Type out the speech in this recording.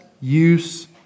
use